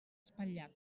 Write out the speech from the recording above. espatllat